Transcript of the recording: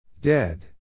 Dead